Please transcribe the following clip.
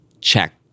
check